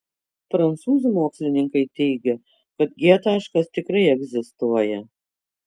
prancūzų mokslininkai teigia kad g taškas tikrai egzistuoja